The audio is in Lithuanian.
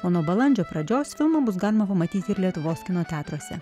o nuo balandžio pradžios filmą bus galima pamatyti ir lietuvos kino teatruose